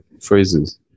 phrases